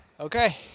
Okay